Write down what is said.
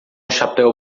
chapéu